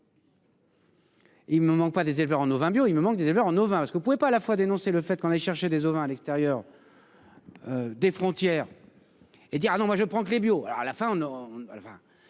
Il me manque pas, des éleveurs en au vin bio, il me manque des éleveurs en ovins parce qu'on ne pouvait pas à la fois dénoncé le fait qu'on aille chercher des ovins à l'extérieur. Des frontières. Et dire non moi je prends que les bio